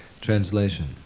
Translation